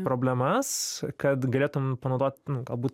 problemas kad galėtum panaudot nu galbūt